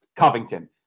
Covington